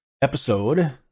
episode